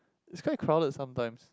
is quite crowded sometimes